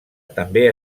també